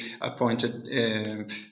appointed